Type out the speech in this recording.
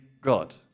God